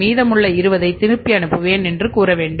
மீதமுள்ள 20 திருப்பி அனுப்புவேன் என்று கூற வேண்டும்